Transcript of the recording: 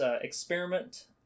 experiment